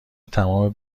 تمام